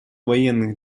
военных